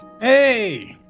Hey